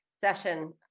session